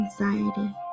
Anxiety